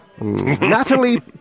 Natalie